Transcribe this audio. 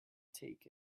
take